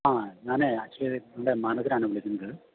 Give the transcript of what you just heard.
ആ ഞാൻ ആക്വച്ചെലി നമ്മുടെ മാനേജരാണ് വിളിക്കുന്നത്